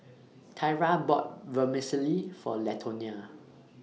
Tyra bought Vermicelli For Latonia